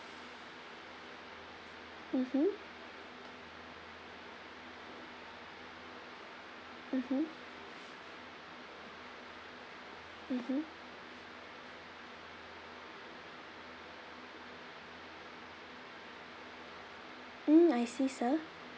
mmhmm mmhmm mmhmm mm I see sir